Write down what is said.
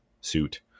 suit